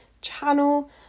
channel